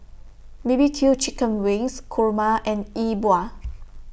B B Q Chicken Wings Kurma and Yi Bua